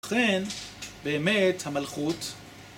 ולכן באמת המלכות